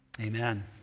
Amen